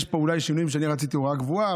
יש פה אולי שינויים שרציתי, הוראה קבועה.